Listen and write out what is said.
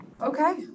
okay